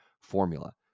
formula